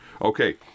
okay